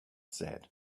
said